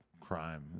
crime